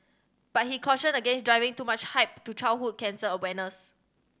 but he cautioned against driving too much hype to childhood cancer awareness